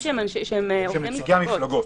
המפלגות.